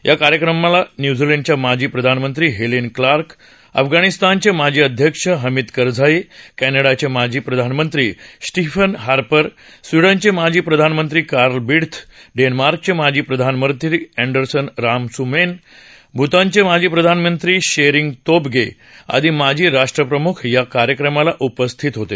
या कार्यक्रमाला न्यूझीलंडच्या माजी प्रधानमंत्री हेलेन क्लार्क अफगाणिस्तानचे माजी अध्यक्ष हमिद करझाई कॅनडाचे माजी प्रधानमंत्री स्टीफन हार्पर स्वीडनचे माजी प्रधानमंत्री कार्लं बीड्थ डेन्मार्कचे माजी प्रधानमंत्री अँडर्स रासमुसेन भूतानचे माजी प्रधानमंत्री त्शेरींग तोबगे आदी माजी राष्ट्रप्रमुख या कार्यक्रमाला उपस्थित होते